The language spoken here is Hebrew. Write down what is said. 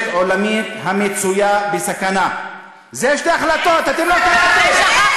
העתיקה של אל-ח'ליל,